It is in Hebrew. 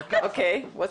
אוקיי.